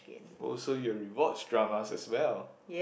oh so you'll re watch dramas as well